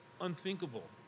unthinkable